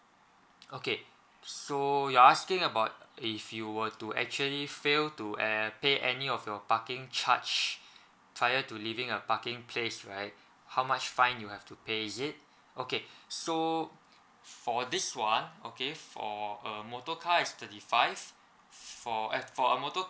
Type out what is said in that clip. okay so you're asking about if you were to actually fail to uh pay any of your parking charge prior to leaving a parking place right how much fine you have to pay is it okay so for this one okay for a motor car is thirty five eh for a motor car is